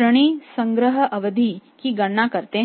ऋणी संग्रह अवधि की गणना करते हैं